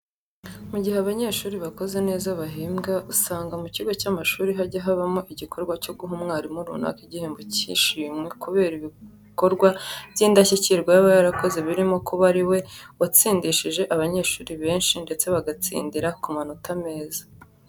Mu gihe abanyeshuri bakoze neza bahembwa usanga mu kigo cy'amashuri hajya habaho igikorwa cyo guha umwarimu runaka igihembo cy'ishimwe kubera ibikorwa byindashyikirwa aba yarakoze birimo kuba ari we watsindishije abanyeshuri benshi ndetse bagatsindira ku manota meza.